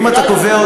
נכון, נכון, נכון.